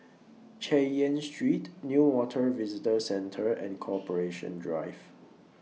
Chay Yan Street Newater Visitor Centre and Corporation Drive